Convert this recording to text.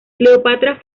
cleopatra